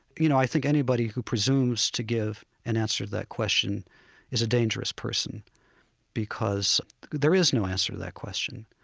you know, i think anybody who presumes to give an answer to that question is a dangerous person because there is no answer to that question.